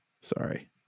sorry